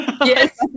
Yes